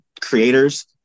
creators